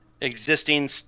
existing